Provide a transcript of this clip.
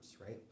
right